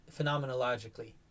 phenomenologically